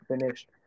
finished